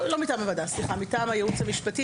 לא מטעם הוועדה, סליחה, מטעם הייעוץ המשפטי.